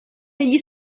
degli